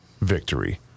victory